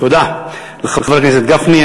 תודה לחבר הכנסת גפני.